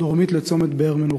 דרומית לצומת באר-מנוחה.